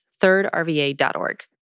thirdrva.org